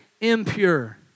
impure